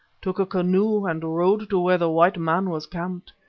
took a canoe and rowed to where the white man was camped,